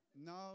No